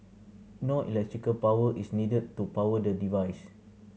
no electrical power is needed to power the device